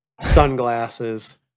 sunglasses